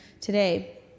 today